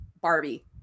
Barbie